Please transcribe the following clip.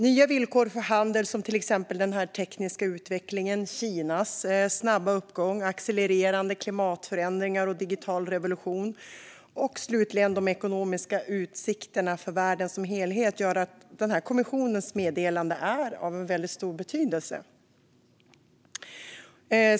Nya villkor för handel, som den tekniska utvecklingen, Kinas snabba uppgång, accelererande klimatförändringar, digital revolution och slutligen de ekonomiska utsikterna för världen som helhet gör att den här kommissionens meddelande är av väldigt stor betydelse.